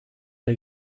der